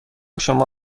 شما